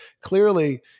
clearly